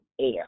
air